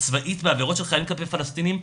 הצבאית בעבירות של חיילים כלפי פלסטינים,